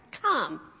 come